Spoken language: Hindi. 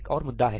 एक और मुद्दा है